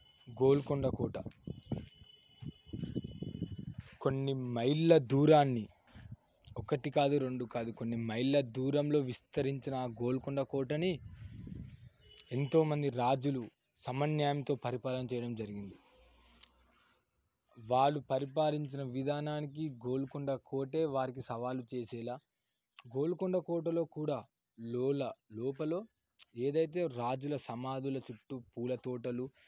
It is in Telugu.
గోల్కొండ కోట కొన్ని మైళ్ళ దూరాన్ని ఒకటి కాదు రెండు కాదు కొన్ని మైళ్ళ దూరంలో విస్తరించిన గోల్కొండ కోటని ఎంతో మంది రాజులు సమన్యాయంతో పరిపాలన చేయడం జరిగింది వాళ్ళు పరిపాలించిన విధానానికి గోల్కొండ కోటే వారికి సవాలు చేసేలా గోల్కొండ కోటలో కూడా లోల లోపల ఏదైతే రాజుల సమాధుల చుట్టూ పూల తోటలు